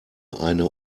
eine